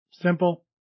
Simple